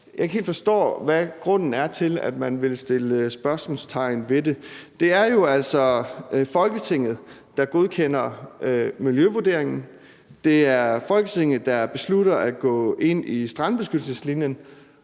jeg ikke helt forstår, hvad grunden er til, at man vil sætte spørgsmålstegn ved det. Det er jo altså Folketinget, der godkender miljøvurderingen, det er Folketinget, der beslutter at gå ind i strandbeskyttelseslinjen,